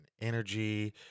energy